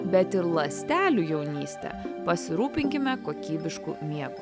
bet ir ląstelių jaunystę pasirūpinkime kokybišku miegu